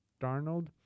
Darnold